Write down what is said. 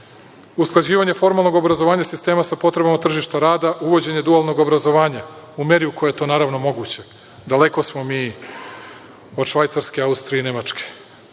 Usklađivanje formalnog obrazovanja sistema sa potrebama tržišta rada, uvođenje dualnog obrazovanja u meri u kojoj je to naravno moguće. Daleko smo mi od Švajcarske, Nemačke